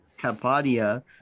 Capadia